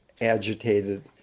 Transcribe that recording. agitated